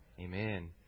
Amen